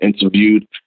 interviewed